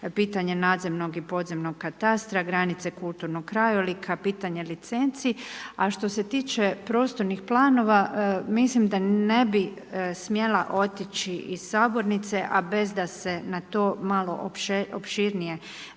pitanje nadzemnog i podzemnog katastra, granice kulturnog krajolika, pitanje licenci. A što se tiče prostornih planova mislim da ne bi smjela otići iz sabornice a bez da se na to malo opširnije